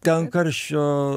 ten karščio